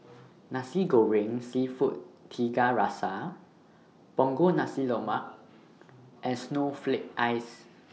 Nasi Goreng Seafood Tiga Rasa Punggol Nasi Lemak and Snowflake Ice